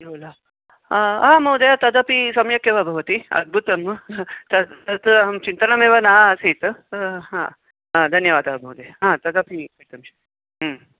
ल आ महोदय तदपि सम्यक् एव भवति अद्भुतं तत् अहं चिन्तनमेव न आसीत् हा धन्यवादः महोदय ह तदपि कर्तुं शक्यते